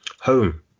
home